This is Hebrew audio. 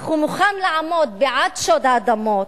אך הוא מוכן לעמוד בעד שוד האדמות,